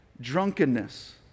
drunkenness